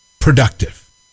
productive